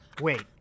Wait